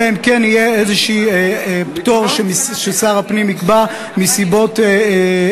אלא אם כן יהיה פטור כלשהו ששר הפנים יקבע מסיבות ייחודיות.